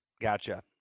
Gotcha